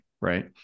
right